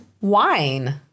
wine